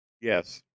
Yes